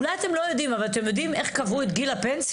איך קבעו את גיל הפנסיה?